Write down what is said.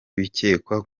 bikekwa